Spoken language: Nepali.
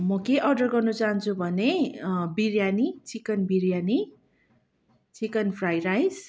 म के अर्डर गर्न चाहन्छु भने biryani chicken biryani chicken fry rice